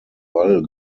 wall